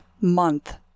month